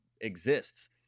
exists